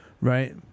Right